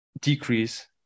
decrease